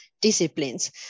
disciplines